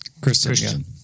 Christian